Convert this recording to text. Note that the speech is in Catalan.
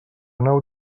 nau